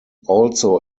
also